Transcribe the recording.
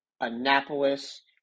Annapolis